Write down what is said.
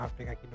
Africa